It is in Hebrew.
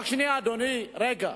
רק שנייה, אדוני, רגע.